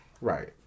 Right